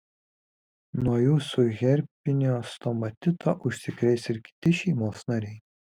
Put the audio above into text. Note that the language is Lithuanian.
nuo jūsų herpinio stomatito užsikrės ir kiti šeimos nariai